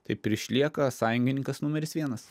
taip ir išlieka sąjungininkas numeris vienas